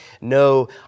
no